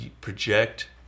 project